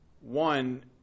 One